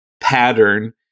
pattern